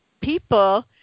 people